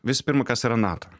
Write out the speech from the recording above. visų pirma kas yra nato